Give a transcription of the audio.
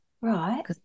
Right